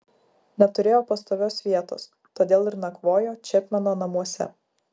neturėjo pastovios vietos todėl ir nakvojo čepmeno namuose